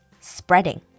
spreading